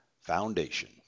Foundation